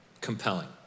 compelling